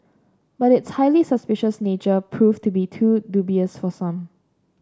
but its highly suspicious nature proved to be too dubious for some